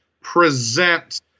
present